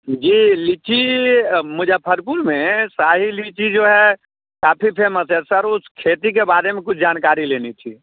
जी लीची मुज़फ़्फ़रपुर में शाही लीची जो है काफ़ी फेमस है सर उस खेती के बारे में कुछ जानकारी लेनी थी